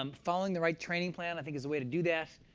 um following the right training plan i think is a way to do that.